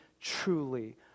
truly